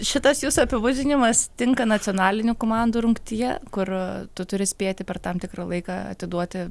šitas jūsų apibūdinimas tinka nacionalinių komandų rungtyje kur tu turi spėti per tam tikrą laiką atiduoti